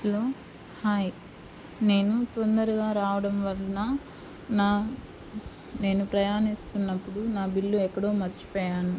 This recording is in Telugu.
హలో హాయ్ నేను తొందరగా రావడం వలన నా నేను ప్రయాణిస్తున్నప్పుడు నా బిల్లు ఎక్కడో మర్చిపోయాను